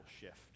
shift